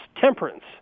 temperance